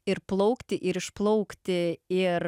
ir plaukti ir išplaukti ir